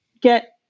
get